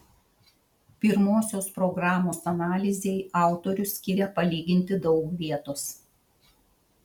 pirmosios programos analizei autorius skiria palyginti daug vietos